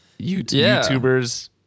youtubers